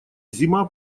зима